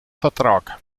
vertrag